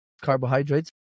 carbohydrates